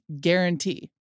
guarantee